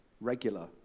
regular